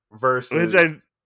versus